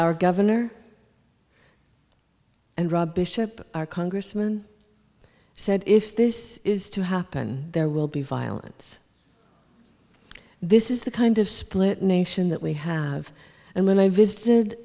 our governor and rubbish tip our congressman said if this is to happen there will be violence this is the kind of split nation that we have and when i visited